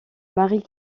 marie